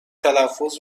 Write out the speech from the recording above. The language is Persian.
تلفظ